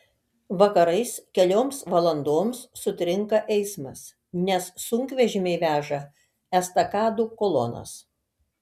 vakarais kelioms valandoms sutrinka eismas nes sunkvežimiai veža estakadų kolonas